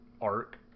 arc